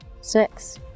Six